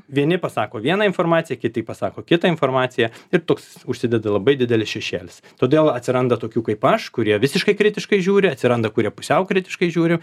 vieni pasako vieną informaciją kiti pasako kitą informaciją ir toks užsideda labai didelis šešėlis todėl atsiranda tokių kaip aš kurie visiškai kritiškai žiūri atsiranda kurie pusiau kritiškai žiūri